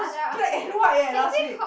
it's black and white eh last week